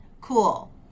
cool